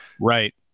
right